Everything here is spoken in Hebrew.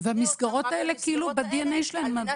ותפנה אותם רק למסגרות האלה, על מנת